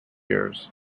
years